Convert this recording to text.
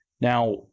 Now